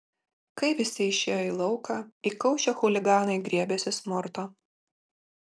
kai visi išėjo į lauką įkaušę chuliganai griebėsi smurto